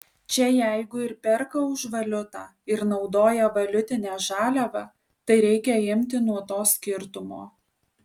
čia jeigu ir perka už valiutą ir naudoja valiutinę žaliavą tai reikia imti nuo to skirtumo